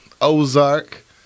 Ozark